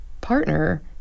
partner